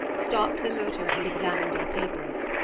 stopped the motor and examined our papers.